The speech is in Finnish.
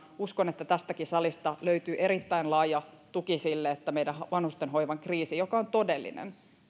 uskon että tästäkin salista löytyy erittäin laaja tuki sille että meidän vanhustenhoivamme kriisiin joka on todellinen